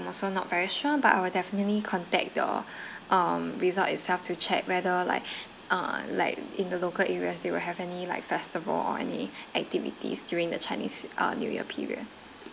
I'm also not very sure but I will definitely contact the um resort itself to check whether like uh like in the local areas they will have any like festival or any activities during the chinese uh new year period